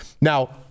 Now